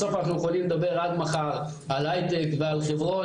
בסוף אנחנו יכולים לדבר עד מחר על הייטק ועל חברות,